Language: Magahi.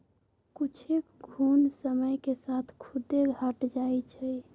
कुछेक घुण समय के साथ खुद्दे हट जाई छई